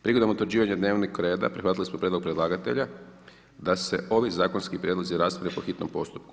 Prigodom utvrđivanja dnevnog reda prihvatili smo prijedlog predlagatelja da se ovi zakonski prijedlozi rasprave po hitnom postupku.